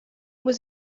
was